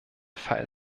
fall